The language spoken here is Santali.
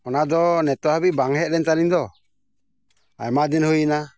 ᱚᱱᱟᱫᱚ ᱱᱤᱛᱳᱜ ᱦᱟᱹᱵᱤᱡ ᱵᱟᱝ ᱦᱮᱡᱞᱮᱱ ᱛᱟᱹᱞᱤᱧ ᱫᱚ ᱟᱭᱢᱟ ᱫᱤᱱ ᱦᱩᱭᱮᱱᱟ